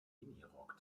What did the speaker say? minirock